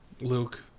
Luke